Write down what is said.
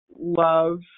love